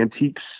antiques